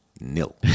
Nil